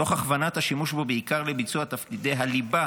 תוך הכוונת השימוש בו בעיקר לביצוע תפקידי הליבה